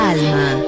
Alma